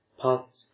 past